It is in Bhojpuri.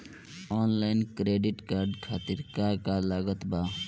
आनलाइन क्रेडिट कार्ड खातिर का का लागत बा?